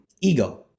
ego